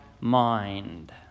mind